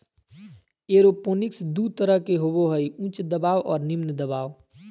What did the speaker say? aeroponics दू तरह के होबो हइ उच्च दबाव और निम्न दबाव